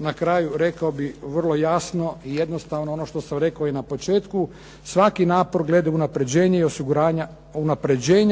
na kraju rekao bih vrlo jasno i jednostavno ono što sam rekao i na početku, svaki napor glede unaprjeđenja